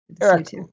Eric